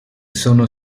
sono